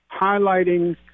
highlighting